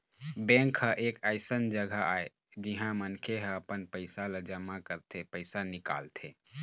bank ह एक अइसन जघा आय जिहाँ मनखे ह अपन पइसा ल जमा करथे, पइसा निकालथे